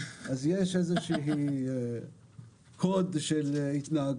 אז יש איזשהו קוד של התנהגות.